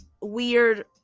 weird